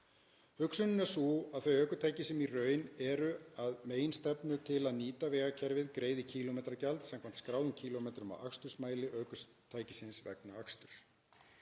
Hugsunin er því sú að þau ökutæki sem í raun eru að meginstefnu til að nýta vegakerfið greiði kílómetragjald samkvæmt skráðum kílómetrum á akstursmæli ökutækis vegna aksturs.